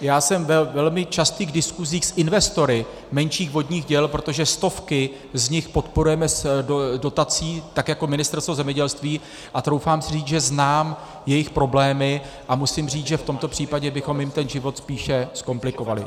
Já jsem ve velmi častých diskuzích s investory menších vodních děl, protože stovky z nich podporujeme dotací tak jako Ministerstvo zemědělství, a troufám si říct, že znám jejich problémy, a musím říct, že v tomto případě bychom jim ten život spíše zkomplikovali.